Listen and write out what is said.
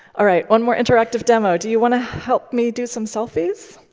all right. one more interactive demo. do you want to help me do some selfies?